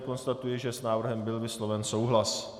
Konstatuji, že s návrhem byl vysloven souhlas.